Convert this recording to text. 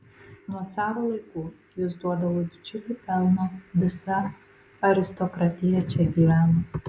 nuo caro laikų jis duodavo didžiulį pelną visa aristokratija čia gyveno